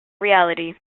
reality